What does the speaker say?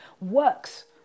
works